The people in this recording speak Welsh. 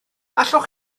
allwch